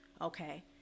okay